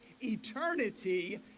eternity